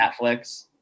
Netflix